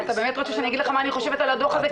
אתה באמת רוצה שאני אגיד לך מה אני חושבת על הדו"ח הזה?